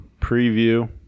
preview